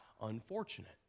unfortunate